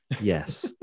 Yes